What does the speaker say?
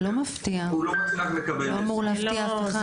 זה לא אמור להפתיע אף אחד.